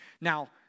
Now